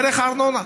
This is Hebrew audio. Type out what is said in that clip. דרך הארנונה.